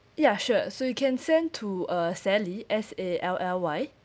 ya sure so you can send to uh sally S A L L Y